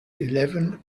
eleven